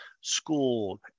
school